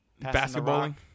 Basketballing